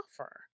offer